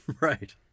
Right